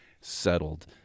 settled